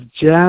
jazz